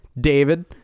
David